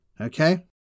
okay